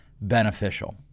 beneficial